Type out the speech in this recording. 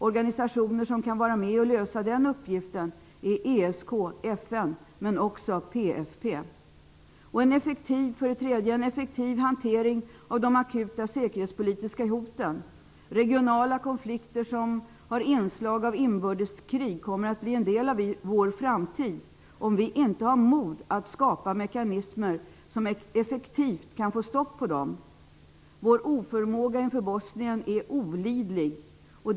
Organisationer som kan vara med och lösa den uppgiften är ESK, FN men också PFP. För det tredje: En effektiv hantering av de akuta säkerhetspolitiska hoten. Regionala konflikter som har inslag av inbördeskrig kommer att bli en del av vår framtid om vi inte har mod att skapa mekanismer som effektivt kan få stopp på dem. Vår oförmåga att hantera situationen i Bosnien är besvärande.